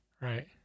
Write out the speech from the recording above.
Right